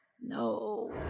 No